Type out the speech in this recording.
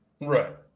Right